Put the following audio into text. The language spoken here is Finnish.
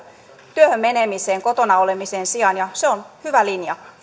työhön menemiseen kotona olemisen sijaan ja se on hyvä linja